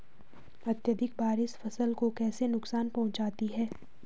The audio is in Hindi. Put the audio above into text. अत्यधिक बारिश फसल को कैसे नुकसान पहुंचाती है?